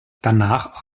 danach